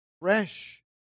fresh